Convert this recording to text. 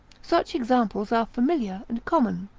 such examples are familiar and common.